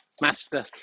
master